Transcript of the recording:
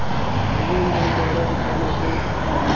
हाँ आईये इमामबाड़ा दिखा लाते हैं फिर